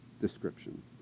description